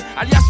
Alias